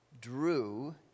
drew